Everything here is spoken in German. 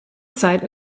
zeit